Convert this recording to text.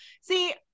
see